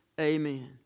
Amen